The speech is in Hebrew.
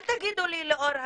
אל תגידו לי לאור הרגישות,